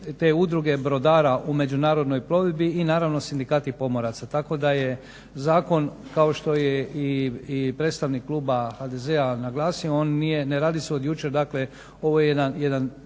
udruge brodara u međunarodnoj plovidbi i naravno sindikati pomoraca, tako da je zakon kao što je i predstavnik kluba HDZ-a naglasio ne radi se od jučer. Dakle, ovo je jedan